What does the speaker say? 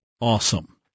awesome